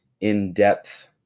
in-depth